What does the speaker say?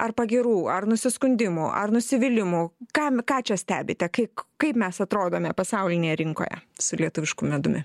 ar pagyrų ar nusiskundimų ar nusivylimų kam ką čia stebite kaip kaip mes atrodome pasaulinėje rinkoje su lietuvišku medumi